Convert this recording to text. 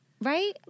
Right